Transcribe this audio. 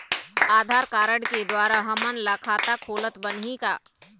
आधार card के द्वारा हमन ला खाता खोलत बनही का?